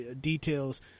details